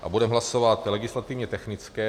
A budeme hlasovat legislativně technické.